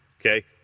Okay